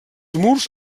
murs